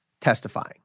testifying